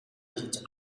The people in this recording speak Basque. bizitzen